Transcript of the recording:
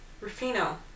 Rufino